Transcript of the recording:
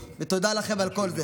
ותודה לכם על כל זה.